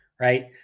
Right